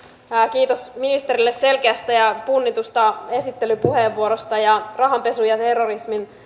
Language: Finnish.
kiitos ministerille selkeästä ja punnitusta esittelypuheenvuorosta rahanpesun ja terrorismin